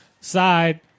side